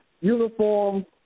uniform